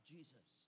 Jesus